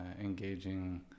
engaging